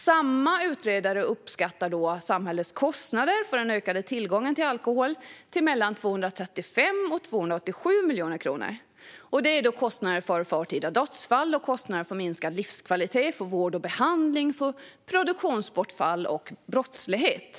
Samma utredare uppskattar samhällets kostnader för den ökade tillgången till alkohol till mellan 235 och 287 miljoner kronor. Det är då kostnader för förtida dödsfall, för minskad livskvalitet, för vård och behandling, för produktionsbortfall och för brottslighet.